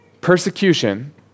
persecution